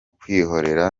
kwihorera